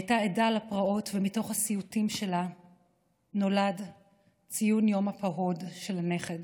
הייתה עדה לפרעות ומתוך הסיוטים שלה נולד ציון יום הפרהוד של הנכד.